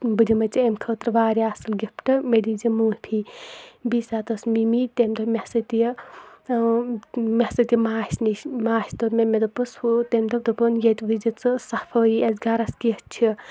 بہِ دمے ژےٚ ٲمۍ خٲطرٕ واریاہ اصٕل گفٹ مےٚ دیٖزِ مٲفی بیٚیہِ سات أس ممی تٔمۍ دوٚپ مےٚ سۭتۍ یہِ مےٚ سۭتۍ یہِ ماسہِ نِش ماسہِ دوٚپ مےٚ مےٚ دوٚپُس ہُہ تٔمۍ دوٚپ دوٚپُن ییٚتہِ وچھزِ ژٕ صفٲیی آسہِ گرس کِس چھِ